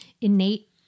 innate